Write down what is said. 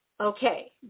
Okay